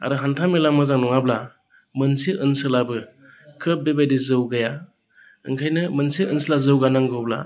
आरो हान्था मेला मोजां नङाब्ला मोनसे ओनसोलाबो खोब बेबायदि जौगाया ओंखायनो मोनसे ओनसोला जौगानांगौब्ला